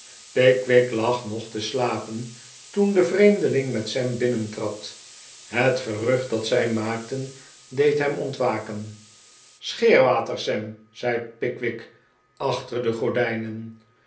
pickwick lag nog te slapen toen de vreemdeling met sam binnentrad het gerucht dat zij maakten deed hem ontwaken scheerwater sam zei pickwick achter de gordijnen